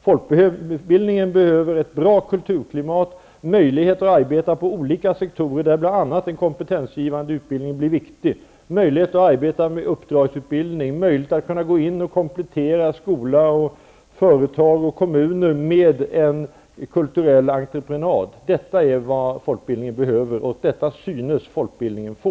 Folkbildningen behöver ett bra kulturklimat, möjlighet att arbeta inom olika sektorer, där bl.a. den kompetensgivande utbildningen blir viktig, möjlighet att bedriva uppdragsutbildning och att komplettera skola, företag och kommuner med en kulturell entreprenad. Detta är vad folkbildningen behöver, och det synes den också få.